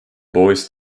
boys